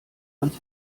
ans